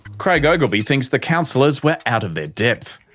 craig ogilvie thinks the councillors were out of their depth.